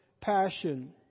passion